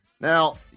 Now